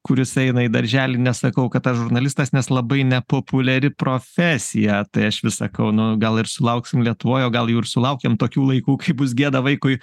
kuris eina į darželį nesakau kad aš žurnalistas nes labai nepopuliari profesija tai aš vis sakau nu gal ir sulauksim lietuvoj o gal jau ir sulaukėm tokių laikų kai bus gėda vaikui